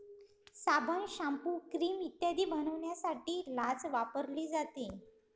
साबण, shampoo, cream इत्यादी बनवण्यासाठी लाच वापरली जाते